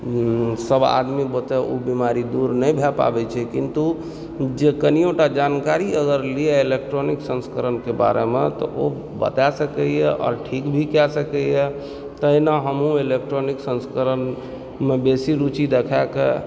सभ आदमी बूते ओ बीमारी दूर नहि भए पाबय छै किन्तु जे कनियोटा जानकारी अगर लिअ अगर इलेक्ट्रॉनिक संस्करणके बारेमे तऽ ओ बता सकइए आओर ठीक भी कए सकइए तहिना हमहुँ इलेक्ट्रॉनिक संस्करणमे बेसी रुचि देखाके